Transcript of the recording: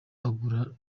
ahura